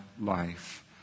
life